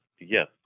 Yes